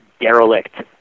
derelict